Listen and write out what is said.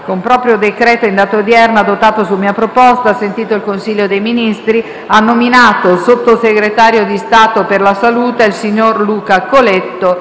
con proprio decreto in data odierna, adottato su mia proposta, sentito il Consiglio dei Ministri, ha nominato Sottosegretario di Stato per la salute il sig. Luca COLETTO.